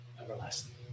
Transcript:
everlasting